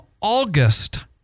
August